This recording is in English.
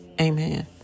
amen